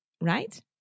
right